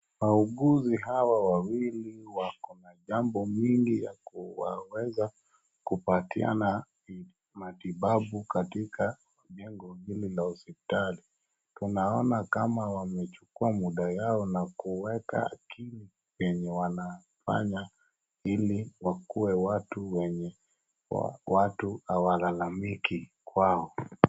Wauguzi hawa wawili wako na jambo mingi ya kuweza kupatiana matibabu katika jengo hili la hospitali. Tunaona kama wamechukua muda yao na kuweka akili penye wanafanya ili wakuwe watu wenye watu hawalalamiki kwao.